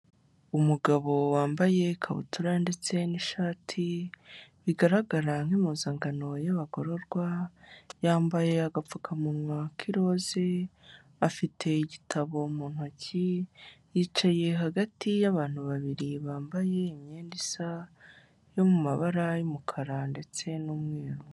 Umugabo wambaye ikabutura ndetse n'ishati bigaragara nk’impozankano y'abagororwa, yambaye agapfukamunwa k’iroza, afit’igitabo mu ntoki, yicaye hagati y'abantu babiri bambaye imyenda y’amabara y’umukara ndetse n’umweru.